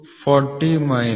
857 mm Shaft Tolerance 39